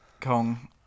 kong